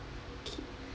okay